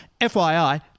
FYI